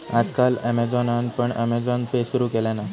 आज काल ॲमेझॉनान पण अँमेझॉन पे सुरु केल्यान हा